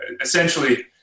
Essentially